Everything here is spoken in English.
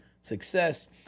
Success